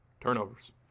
Turnovers